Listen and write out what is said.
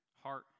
Heart